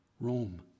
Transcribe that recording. Rome